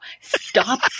Stop